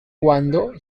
cuando